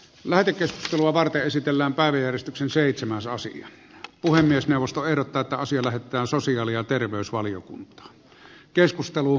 lähetekeskustelua varten esitellään päivi järistyksen seitsemän soosia puhemiesneuvosto ehdottaa että asia lähetetään sosiaali ja terveysvaliokuntaan